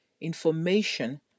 information